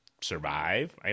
survive